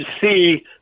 see